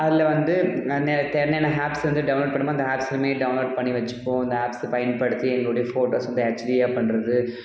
அதில் வந்து நெ தெ என்னென்ன ஹேப்ஸ் வந்து டவுன்லோட் பண்ணணுமோ அந்த ஆப்ஸுமே டவுன்லோட் பண்ணி வச்சுப்போம் அந்த ஆப்ஸை பயன்படுத்தி எங்களுடைய ஃபோட்டோஸ் வந்து ஹெச்டியாக பண்ணுறது